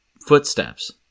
footsteps